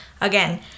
Again